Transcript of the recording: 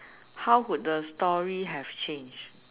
how would the story have changed